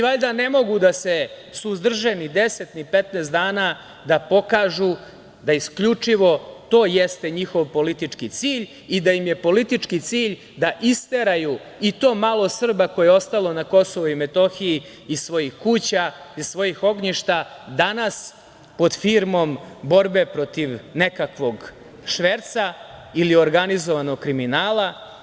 Valjda ne mogu da se suzdrže ni deset ni petnaest dana da pokažu da isključivo to jeste njihov politički cilj i da im je politički cilj da isteraju i to malo Srba koje je ostalo na KiM iz svojih kuća, iz svojih ognjišta danas pod firmom borbe protiv nekakvog šverca ili organizovanog kriminala.